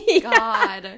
god